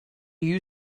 you